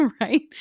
right